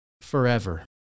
forever